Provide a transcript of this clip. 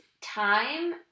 time